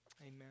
Amen